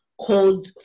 called